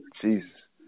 Jesus